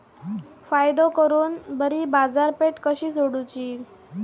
फायदो करून बरी बाजारपेठ कशी सोदुची?